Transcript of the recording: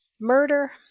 murder